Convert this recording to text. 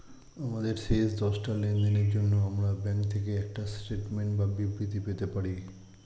আমাদের শেষ দশটা লেনদেনের জন্য আমরা ব্যাংক থেকে একটা স্টেটমেন্ট বা বিবৃতি পেতে পারি